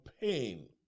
pain